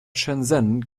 shenzhen